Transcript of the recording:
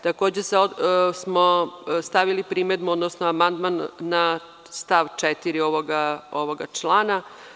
Takođe smo stavili primedbu, odnosno amandman na stav 4. ovog člana.